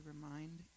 remind